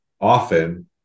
often